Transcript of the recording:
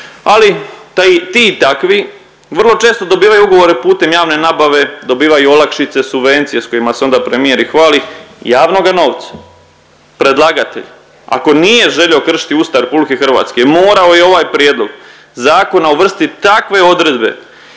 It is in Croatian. ti i takvi vrlo često dobivaju ugovore putem javne nabave, dobivaju olakšice, subvencije s kojima se onda premijer i hvali, javnoga novca. Predlagatelj ako nije želio kršiti Ustav RH morao je u ovaj prijedlog zakona uvrstiti takve odredbe